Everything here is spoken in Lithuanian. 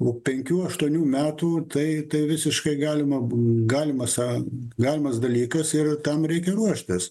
u penkių aštuonių metų tai tai visiškai galima bū galima sa galimas dalykas ir tam reikia ruoštis